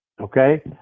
Okay